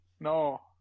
No